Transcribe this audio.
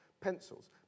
pencils